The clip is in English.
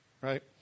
Right